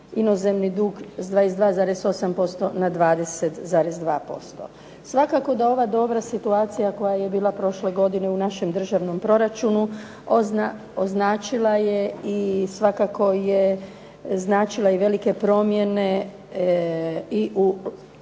inozemni dug s 22,8% na 20,2%. Svakako da ova dobra situacija koja je bila prošle godine u našem državnom proračunu označila je i svakako je značila velike promjene i u